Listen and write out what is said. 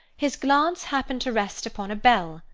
his glance happened to rest upon a bell,